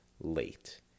late